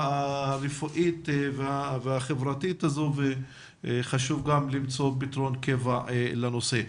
הרפואית והחברתית הזו וחשוב למצוא גם פתרון קבע לנושא.